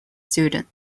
student